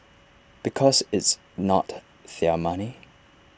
because it's not their money